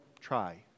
try